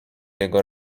jego